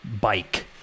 bike